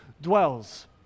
dwells